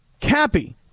Cappy